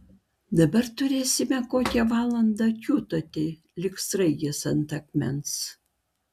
dabar turėsime kokią valandą kiūtoti lyg sraigės ant akmens